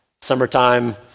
summertime